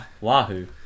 Wahoo